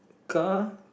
car